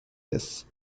tests